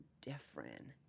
different